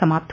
समाप्त